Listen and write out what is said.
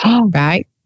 right